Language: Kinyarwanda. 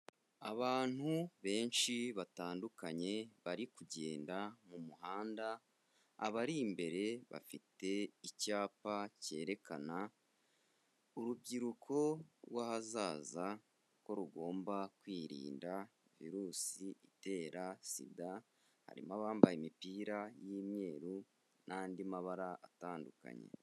Abantu benshi batandukanye bari kugenda mu muhanda, abari imbere bafite icyapa cyerekana urubyiruko rw'ahazaza ko rugomba kwirinda virusi itera Sida, harimo abambaye imipira y'imyeru n'andi mabara atandukanye.